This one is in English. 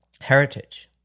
heritage